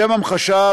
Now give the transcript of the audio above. לשם המחשה,